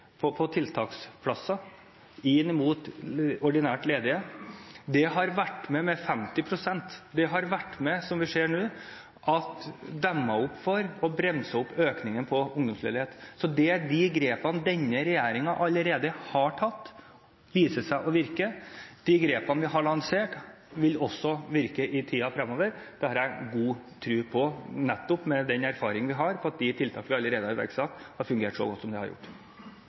innsatsen på tiltaksplasser til ordinært ledige med 50 pst. Det har vært med på, som vi ser nå, å demme opp for og bremse økningen i ungdomsledighet. Så de grepene denne regjeringen allerede har tatt, viser seg å virke. De grepene vi har lansert, vil også virke i tiden fremover. Det har jeg god tro på nettopp med den erfaringen vi har med at de tiltakene vi allerede har iverksatt, har fungert så godt som de har gjort.